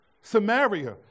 Samaria